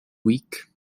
week